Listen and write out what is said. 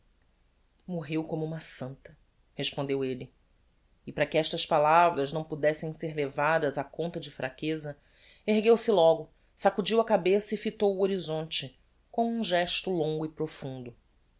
morreu como uma santa respondeu elle e para que estas palavras não pudessem ser levadas á conta de fraqueza ergueu-se logo sacudiu a cabeça e fitou o horizonte com um gesto longo e profundo